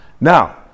Now